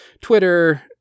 Twitter